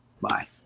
Bye